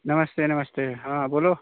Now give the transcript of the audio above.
नमस्ते नमस्ते हाँ बोलो